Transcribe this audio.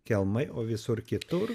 kelmai o visur kitur